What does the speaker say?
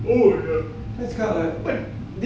oh ya